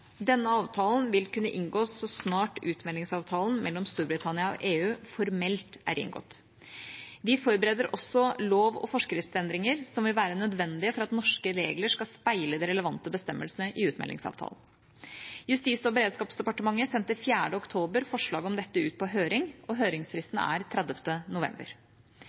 Denne avtalen vil kunne inngås så snart utmeldingsavtalen mellom Storbritannia og EU formelt er inngått. Vi forbereder også lov- og forskriftsendringer som vil være nødvendige for at norske regler skal speile de relevante bestemmelsene i utmeldingsavtalen. Justis- og beredskapsdepartementet sendte den 4. oktober forslag om dette ut på høring, og høringsfristen er 30. november.